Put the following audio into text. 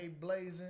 blazing